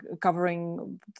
covering